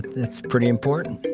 that's pretty important